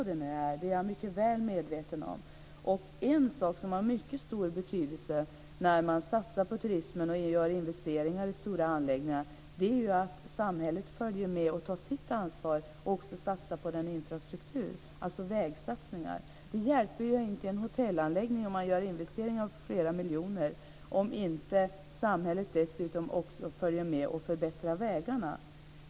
Det är jag mycket väl medveten om. En sak som har mycket stor betydelse när man satsar på turismen och gör investeringar i stora anläggningar är att samhället följer med och tar sitt ansvar och satsar på en infrastruktur, dvs. gör vägsatsningar. Det hjälper inte en hotellanläggning att man gör investeringar på flera miljoner om inte samhället dessutom följer med och förbättrar vägarna.